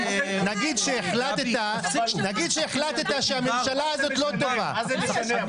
נגיד שהחלטת שהממשלה הזאת לא טובה --- מה זה משנה?